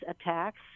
attacks